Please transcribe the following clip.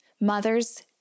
mothers